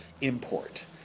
import